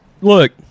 look